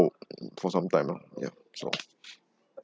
for some time lah yup so